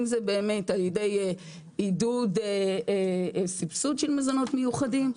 אם זה באמת על ידי עידוד סבסוד של מזונות מיוחדים,